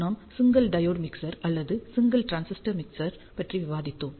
நாம் single diode mixer அல்லது single transistor mixer பற்றி விவாதித்தோம்